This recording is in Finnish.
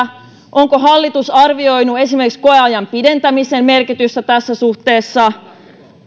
onko hallitus arvioinut esimerkiksi koeajan pidentämisen merkitystä tässä suhteessa